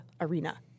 arena